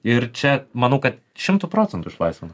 ir čia manau kad šimtu procentų išlaisvina